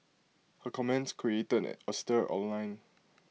her comments created A stir online